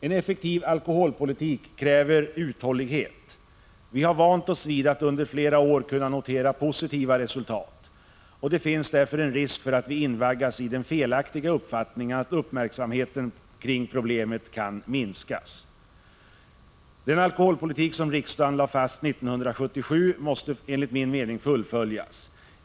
En effektiv alkoholpolitik kräver uthållighet. Vi har vant oss vid att under flera år kunna notera positiva resultat, och det finns därför en risk att vi invaggas i den felaktiga uppfattningen att uppmärksamheten kring problemet kan minskas. Den alkoholpolitik som riksdagen lade fast 1977 måste enligt min mening fullföljas.